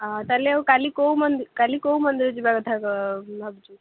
ଆ ତା'ହେଲେ ଆଉ କାଲି କେଉଁ ମନ୍ଦିର କାଲି କେଉଁ ମନ୍ଦିର ଯିବା କଥା ଭାବୁଛୁ